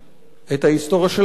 את ההיסטוריה של עצמנו?